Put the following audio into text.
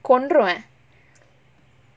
கொன்றுவ:kontruva